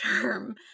term